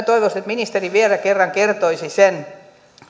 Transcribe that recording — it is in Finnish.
toivoisin että ministeri vielä kerran kertoisi